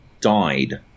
died